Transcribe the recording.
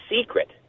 secret